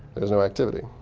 there's no activity.